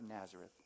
Nazareth